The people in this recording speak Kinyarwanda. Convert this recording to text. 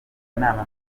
inama